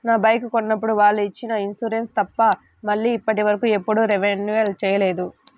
నా బైకు కొన్నప్పుడు వాళ్ళు ఇచ్చిన ఇన్సూరెన్సు తప్ప మళ్ళీ ఇప్పటివరకు ఎప్పుడూ రెన్యువల్ చేయలేదు